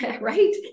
right